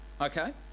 Okay